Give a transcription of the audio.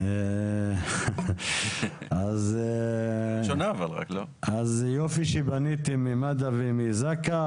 אז יופי שפניתם ממד"א ומזק"א,